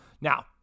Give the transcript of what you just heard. Now